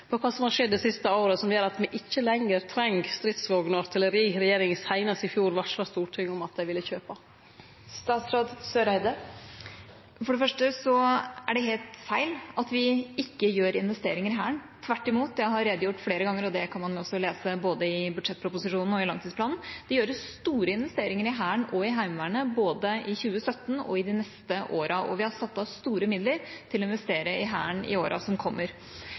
på kva som har skjedd det siste året som gjer at me ikkje lenger treng stridsvogner og artilleri, som regjeringa seinast i fjor varsla Stortinget om at dei ville kjøpe. For det første er det helt feil at vi ikke gjør investeringer i Hæren. Tvert imot har jeg redegjort for dette flere ganger – det kan man også lese i både budsjettproposisjonen og langtidsplanen. Det gjøres store investeringer i Hæren og i Heimevernet, både i 2017 og i de neste årene. Vi har satt av store midler til å investere i Hæren i årene som kommer.